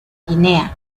guinea